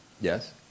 Yes